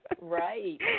Right